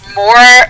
more